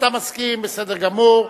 אתה מסכים, בסדר גמור.